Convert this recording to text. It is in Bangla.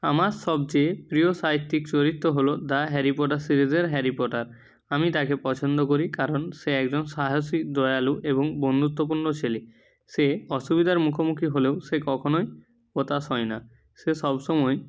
আমার সবচেয়ে প্রিয় সাহিত্যিক চরিত্র হল দা হ্যারি পটার সিরিজের হ্যারি পটার আমি তাকে পছন্দ করি কারণ সে একজন সাহসী দয়ালু এবং বন্ধুত্বপূর্ণ ছেলে সে অসুবিধার মুখোমুখি হলেও সে কখনোই হতাশ হয় না সে সব সময়ই